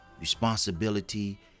responsibility